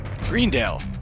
Greendale